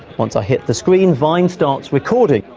once i hit the screen, vine starts recording.